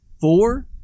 four